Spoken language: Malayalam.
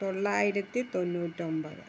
തൊള്ളായിരത്തി തൊണ്ണൂറ്റൊൻപത്